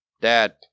dad